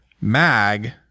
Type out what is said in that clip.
mag